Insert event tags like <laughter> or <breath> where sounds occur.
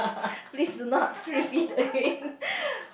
<breath> please do not repeat again <laughs> <breath>